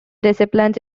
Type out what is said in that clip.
disciplines